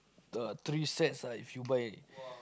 the three sets ah if you buy